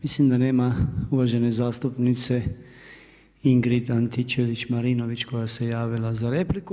Mislim da nema uvažene zastupnice Ingrid Antičević-Marinović koja se javila za repliku.